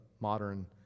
modern